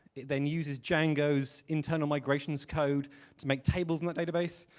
it then uses django's internal migrations code to make tables in that database.